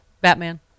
Batman